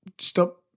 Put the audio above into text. stop